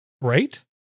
right